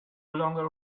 longer